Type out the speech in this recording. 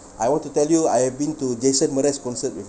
I want to tell you I've been to jason mraz concert bro